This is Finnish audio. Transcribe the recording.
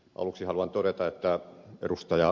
aluksi haluan todeta että ed